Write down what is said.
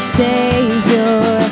savior